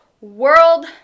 World